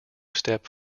step